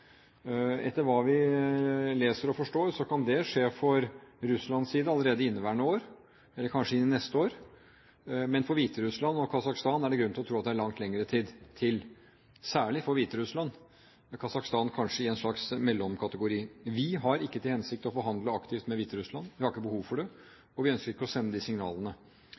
Etter hva vi leser og forstår, kan det skje fra Russlands side allerede i inneværende år, eller kanskje neste år, men for Hviterussland og Kasakhstan er det grunn til å tro at det er langt lenger til, særlig for Hviterussland – Kasakhstan er kanskje i en slags mellomkategori. Vi har ikke til hensikt å forhandle aktivt med Hviterussland – vi har ikke behov for det, og vi ønsker ikke å sende de signalene.